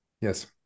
yes